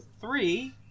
three